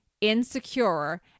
insecure